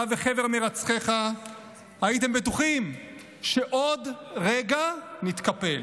אתה וחבר מרצחיך הייתם בטוחים שעוד רגע נתקפל,